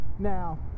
Now